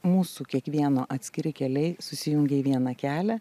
mūsų kiekvieno atskiri keliai susijungia į vieną kelią